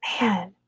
man